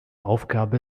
aufgabe